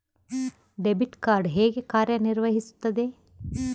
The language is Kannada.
ಡೆಬಿಟ್ ಕಾರ್ಡ್ ಹೇಗೆ ಕಾರ್ಯನಿರ್ವಹಿಸುತ್ತದೆ?